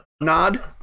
nod